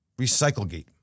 Recyclegate